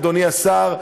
אדוני השר,